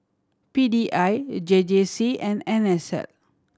P D I J J C and N S L